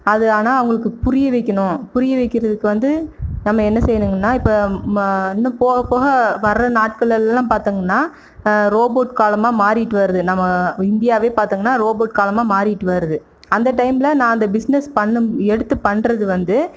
அது ஆனால் அவங்களுக்கு புரிய வைக்கணும் புரிய வைக்கிறதுக்கு வந்து நம்ம என்ன செய்யணுங்கனா இப்போ மா இன்னும் போகப்போக வர்ற நாட்களெல்லாம் பார்த்தோங்கனா ரோபோட் காலமாக மாறிட்டு வருது நம்ம இந்தியாவே பார்த்தோங்கனா ரோபோட் காலமாக மாறிட்டு வருது அந்த டைம்ல நான் அந்த பிஸ்னஸ் பண்ணணும் எடுத்துப் பண்ணுறது வந்து